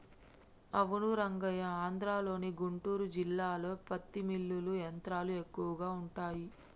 అవును రంగయ్య ఆంధ్రలోని గుంటూరు జిల్లాలో పత్తి మిల్లులు యంత్రాలు ఎక్కువగా ఉంటాయి